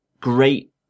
great